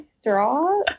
straw